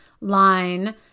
line